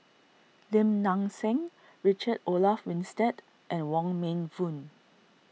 Lim Nang Seng Richard Olaf Winstedt and Wong Meng Voon